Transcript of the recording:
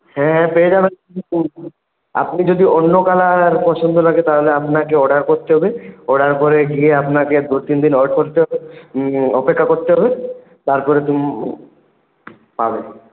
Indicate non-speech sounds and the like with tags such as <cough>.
হ্যাঁ পেয়ে যাবেন <unintelligible> আপনি যদি অন্য কালার পছন্দ লাগে তাহলে আপনাকে অর্ডার করতে হবে অর্ডার করে গিয়ে আপনাকে দু তিন দিন ওয়েট করতে হবে অপেক্ষা করতে হবে তারপরে পাবেন